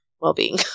well-being